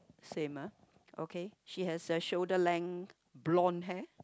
same ah okay she has a shoulder length blonde hair